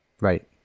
Right